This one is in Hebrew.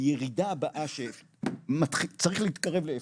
הירידה הבאה שצריך להתקרב לאפס,